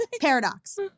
Paradox